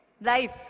life